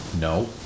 no